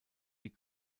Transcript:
die